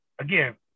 again